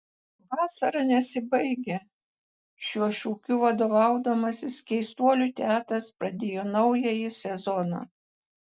vasara nesibaigia šiuo šūkiu vadovaudamasis keistuolių teatras pradėjo naująjį sezoną